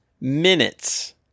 minutes